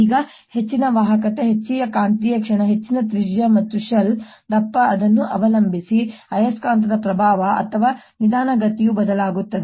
ಈಗ ಹೆಚ್ಚಿನ ವಾಹಕತೆ ಹೆಚ್ಚಿನ ಕಾಂತೀಯ ಕ್ಷಣ ಹೆಚ್ಚಿನ ತ್ರಿಜ್ಯ ಮತ್ತು ಶೆಲ್ ದಪ್ಪ ಅದನ್ನು ಅವಲಂಬಿಸಿ ಆಯಸ್ಕಾಂತದ ಪ್ರವಾಹ ಅಥವಾ ನಿಧಾನಗತಿಯು ಬದಲಾಗುತ್ತದೆ